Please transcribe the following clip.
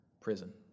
Prison